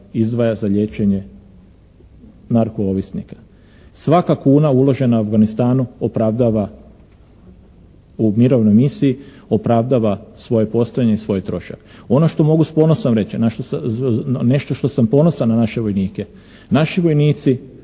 izdvaja za liječenje narko ovisnika. Svaka kuna uložena u Afganistanu opravdava u mirovnoj misiji, opravdava svoje postojanje i svoj trošak. Ono što mogu s ponosom reći, nešto što sam ponosan na naše vojnike, naši vojnici